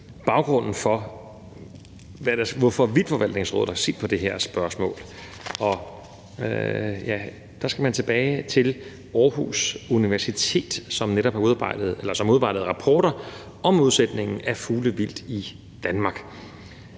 baggrunden for, at Vildtforvaltningsrådet har set på spørgsmålet. Der skal man tilbage til Aarhus Universitets rapporter om udsætningen af fuglevildt i Danmark,